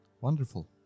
Wonderful